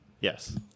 Yes